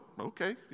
okay